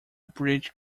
bridge